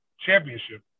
championship